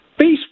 Facebook